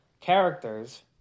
characters